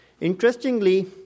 Interestingly